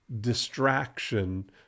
distraction